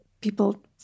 people